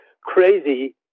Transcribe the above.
crazy